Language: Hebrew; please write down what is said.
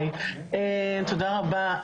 תודה רבה.